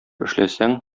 эшләсәң